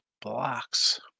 blocks